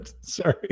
Sorry